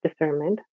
discernment